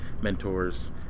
mentors